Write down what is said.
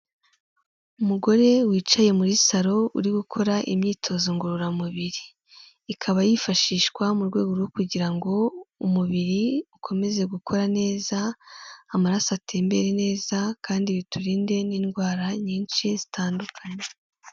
Umugore wicaye muri saro uri gukora imyitozo ngororamubiri. Ikaba yifashishwa mu rwego rwo kugira ngo umubiri ukomeze gukora neza, amaraso atembere neza kandi biturinde n'indwara nyinshi zitandukanye.